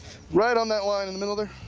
right on that line in the middle there.